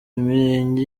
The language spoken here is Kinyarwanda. imirenge